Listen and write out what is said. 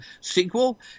sequel